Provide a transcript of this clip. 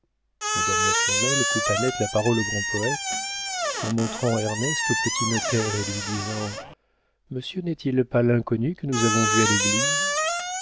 frères madame latournelle coupa net la parole au grand poëte en montrant ernest au petit notaire et lui disant monsieur n'est-il pas l'inconnu que nous avons vu à l'église